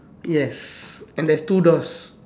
yes and there's two doors